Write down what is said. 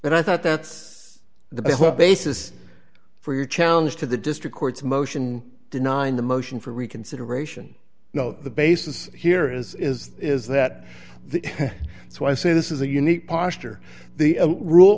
and i thought that's the basis for your challenge to the district court's motion denying the motion for reconsideration no the basis here is is is that the so i say this is a unique posture the rule